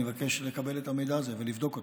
אני מבקש לקבל את המידע ולבדוק אותו.